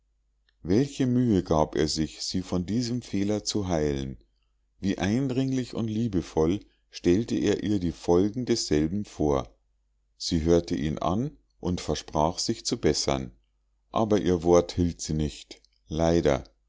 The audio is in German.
welche mühe gab er sich sie von diesem fehler zu heilen wie eindringlich und liebevoll stellte er ihr die folgen desselben vor sie hörte ihn an und versprach sich zu bessern aber ihr wort hielt sie nicht leider